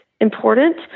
important